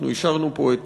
אנחנו אישרנו פה את